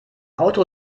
auto